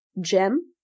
gem